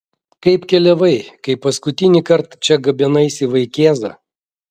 kaip keliavai kai paskutinįkart čia gabenaisi vaikėzą